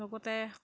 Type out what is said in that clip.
লগতে